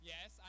Yes